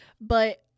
but-